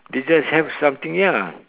they just have something ya